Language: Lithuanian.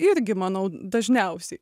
irgi manau dažniausiai